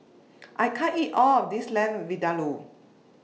I can't eat All of This Lamb Vindaloo